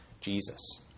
Jesus